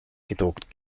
gedruckt